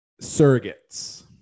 surrogates